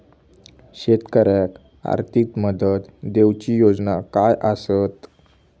शेतकऱ्याक आर्थिक मदत देऊची योजना काय आसत?